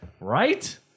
Right